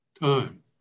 time